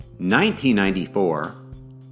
1994